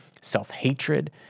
self-hatred